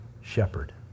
shepherd